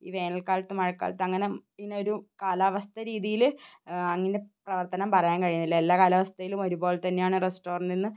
ഈ വേനൽക്കാലത്തും മഴക്കാലത്തും അങ്ങനെ ഇതിനൊരു കാലാവസ്ഥ രീതിയിൽ അങ്ങനെ പ്രവർത്തനം പറയാൻ കഴിയുന്നില്ല എല്ലാ കാലാവസ്ഥയിലും ഒരുപോലെ തന്നെ ആണ് റെസ്റ്റോറന്റിൽ നിന്ന്